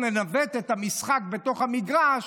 לנווט את המשחק בתוך המגרש,